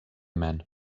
men